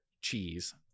cheese